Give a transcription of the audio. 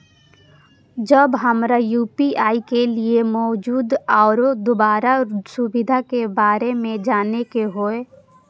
जब हमरा यू.पी.आई के लिये मौजूद आरो दोसर सुविधा के बारे में जाने के होय?